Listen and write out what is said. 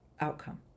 outcome